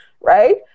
right